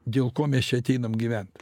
dėl ko mes čia ateinam gyvent